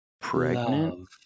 pregnant